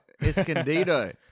Escondido